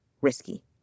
risky